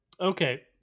Okay